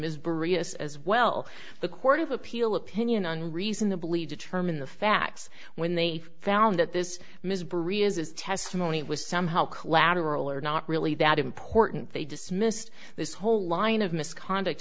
various as well the court of appeal opinion unreasonably determine the facts when they found that this is his testimony was somehow collateral or not really that important they dismissed this whole line of misconduct